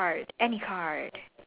okay cool